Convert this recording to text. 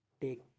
take